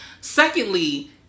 Secondly